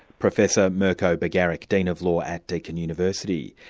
professor mirko bagaric, dean of law at deakin university.